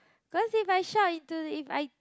cause if I shout into if I